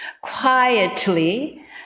quietly